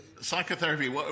psychotherapy